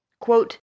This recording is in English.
Quote